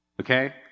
Okay